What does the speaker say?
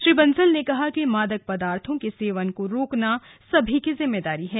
श्री बंसल ने कहा कि मादक पदार्थो के सेवन को रोकना हम सभी की जिम्मेदारी है